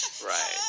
Right